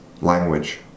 language